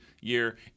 year